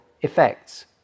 effects